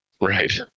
Right